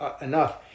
enough